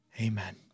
Amen